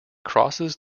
crosses